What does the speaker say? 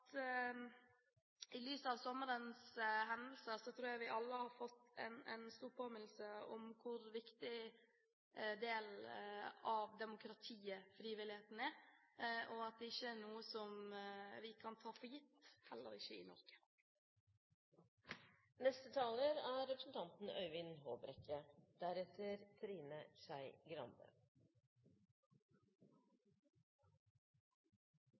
alle i lys av sommerens hendelser har fått en stor påminnelse om hvor viktig del av demokratiet frivilligheten er, og at det ikke er noe vi kan ta for gitt, heller ikke i Norge. Når man hører på debatten om utviklingen av det norske samfunnet, får man ofte inntrykk av at det er